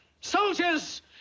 Soldiers